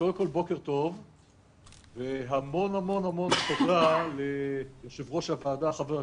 קודם כל בוקר טוב והמון המון תודה ליו"ר הוועדה ח"כ